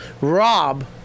Rob